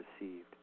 received